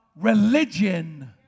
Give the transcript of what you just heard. religion